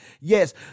yes